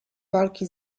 walki